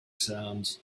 sounds